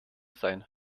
sein